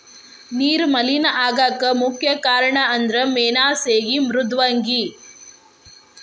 ನೇರ ಮಲೇನಾ ಆಗಾಕ ಮುಖ್ಯ ಕಾರಣಂದರ ಮೇನಾ ಸೇಗಿ ಮೃದ್ವಂಗಿ